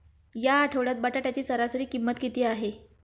या आठवड्यात बटाट्याची सरासरी किंमत किती आहे?